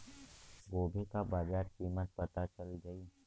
गोभी का बाजार कीमत पता चल जाई?